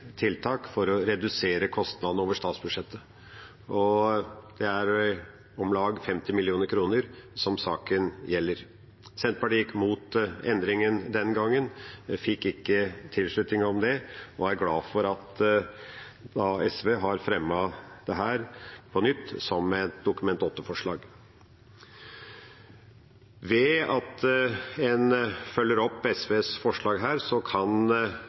tiltak for å redusere kostnadene over statsbudsjettet. Saken gjelder om lag 50 mill. kr. Senterpartiet gikk mot endringen den gangen, men fikk ikke tilslutning til det, og er glad for at SV har fremmet dette på nytt som et Dokument 8-forslag. Ved å følge opp SVs forslag kan